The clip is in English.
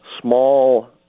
small